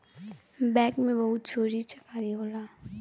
bank में बहुते चोरी चकारी होला